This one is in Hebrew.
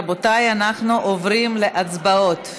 רבותיי, אנחנו עוברים להצבעות.